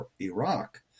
Iraq